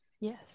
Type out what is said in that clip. Yes